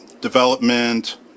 development